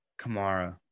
Kamara